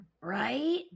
right